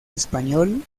español